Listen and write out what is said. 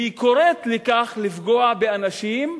היא קוראת לפגוע באנשים,